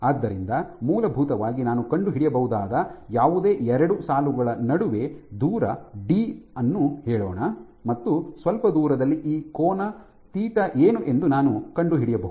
ಆದ್ದರಿಂದ ಮೂಲಭೂತವಾಗಿ ನಾನು ಕಂಡುಹಿಡಿಯಬಹುದಾದ ಯಾವುದೇ ಎರಡು ಸಾಲುಗಳ ನಡುವೆ ದೂರ ಡಿ ಅನ್ನು ಹೇಳೋಣ ಮತ್ತು ಸ್ವಲ್ಪ ದೂರದಲ್ಲಿ ಈ ಕೋನ ಥೀಟಾ ಏನು ಎಂದು ನಾನು ಕಂಡುಹಿಡಿಯಬಹುದು